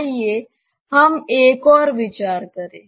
आइए हम एक और विचार करें